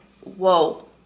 Whoa